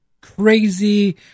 Crazy